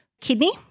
Kidney